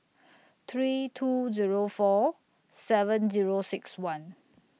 three two Zero four seven Zero six one